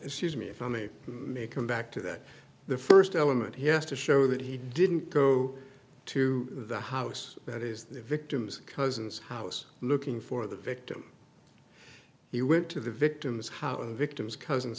she's me if i may may come back to that the first element he has to show that he didn't go to the house that is the victim's cousin's house looking for the victim he went to the victim's how the victim's cousin's